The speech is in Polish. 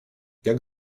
jak